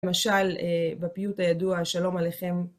למשל, בפיוט הידוע, שלום עליכם.